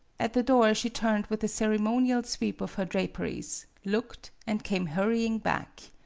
at the door she turned with a ceremonial sweep of her draperies, looked, and came hurrying back.